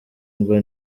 ngo